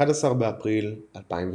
11 באפריל 2018